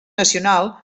nacional